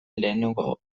lehenengo